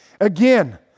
Again